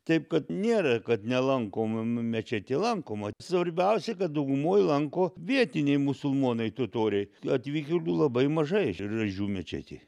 taip kad nėra kad nelankoma m mečetė lankoma svarbiausia kad daugumoj lanko vietiniai musulmonai totoriai atvykėlių labai mažai raižių mečetėj